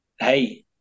Hey